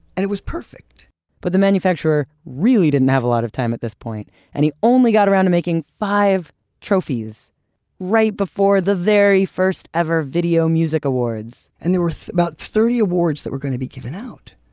and it was perfect but the manufacturer really didn't have a lot of time at this point and he only got around to making five trophies right before the very first ever video music awards and there were about thirty awards that were going to be given out.